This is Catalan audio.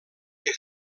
que